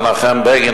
מנחם בגין,